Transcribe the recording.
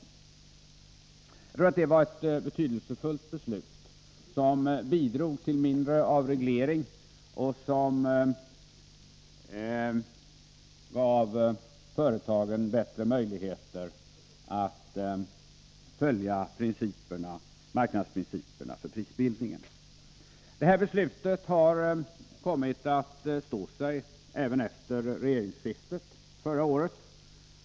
Jag tror att detta var ett betydelsefullt beslut, som bidrog till en minskad reglering och gav företagen bättre möjligheter att följa marknadsprinciperna för prisbildning. Detta beslut har kommit att stå sig även efter regeringsskiftet förra året.